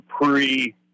pre